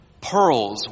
Pearls